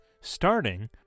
starting